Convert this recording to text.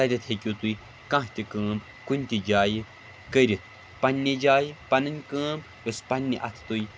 تَتھ ہؠکِو تُہۍ کانٛہہ تہِ کٲم کُنہِ تہِ جایہِ کٔرِتھ پَنٕنہِ جایہِ پَنٕنۍ کٲم یۅس پَنٕنہِ اَتھٕ تُہۍ